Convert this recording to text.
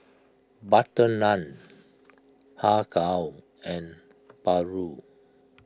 Butter Naan Har Kow and Paru